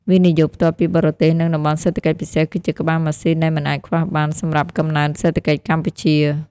វិនិយោគផ្ទាល់ពីបរទេស និង តំបន់សេដ្ឋកិច្ចពិសេស គឺជាក្បាលម៉ាស៊ីនដែលមិនអាចខ្វះបានសម្រាប់កំណើនសេដ្ឋកិច្ចកម្ពុជា។